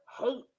Hate